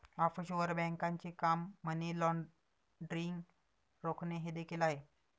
offshore बँकांचे काम money laundering रोखणे हे देखील आहे